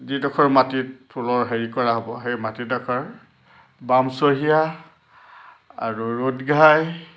যিডোখৰ মাটিত ফুলৰ হেৰি কৰা হ'ব সেই মাটিডোখৰ বামচহীয়া আৰু ৰ'দঘাই